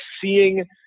seeing